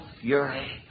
fury